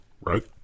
right